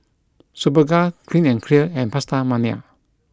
Superga Clean and Clear and PastaMania